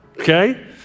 okay